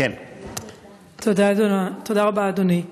תודה רבה, אדוני.